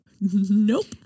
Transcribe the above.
nope